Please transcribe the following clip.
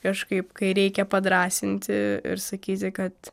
kažkaip kai reikia padrąsinti ir sakyti kad